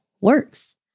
works